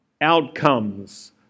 outcomes